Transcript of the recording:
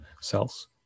cells